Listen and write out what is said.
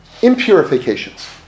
impurifications